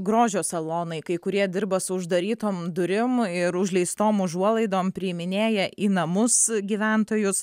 grožio salonai kai kurie dirba su uždarytom durim ir užleistom užuolaidom priiminėja į namus gyventojus